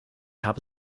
habe